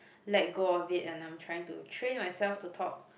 let go of it and I'm trying to train myself to talk